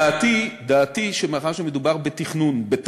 דעתי, שמאחר שמדובר בתכנון, בתמ"א,